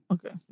Okay